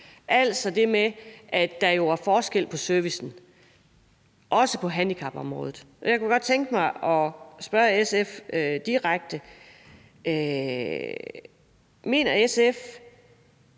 altså det med, at der jo er forskel på servicen, også på handicapområdet. Jeg kunne godt tænke mig at spørge SF's ordfører direkte: Mener SF,